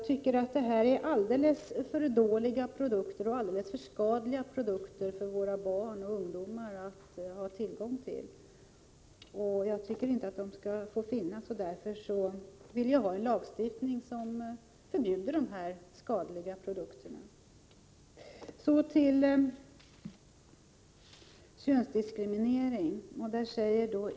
Det är alldeles för dåliga och alldeles för skadliga produkter som våra barn och ungdomar har tillgång till. Jag tycker inte att de skall få finnas, och därför vill jag ha en lagstiftning som förbjuder dessa skadliga produkter. Så till könsdiskrimineringen.